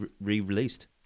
re-released